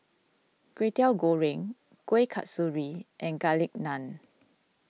Kway Teow Goreng Kuih Kasturi and Garlic Naan